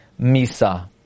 misa